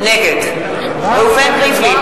נגד ראובן ריבלין,